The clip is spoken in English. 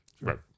Right